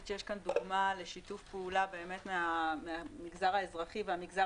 יש כאן דוגמה לשיתוף פעולה מהמגזר האזרחי והמגזר